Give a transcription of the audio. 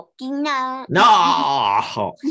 No